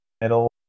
middle